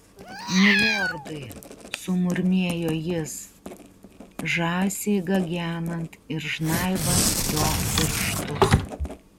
milordai sumurmėjo jis žąsiai gagenant ir žnaibant jo pirštus